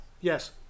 Yes